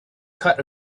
cut